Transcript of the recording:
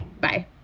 Bye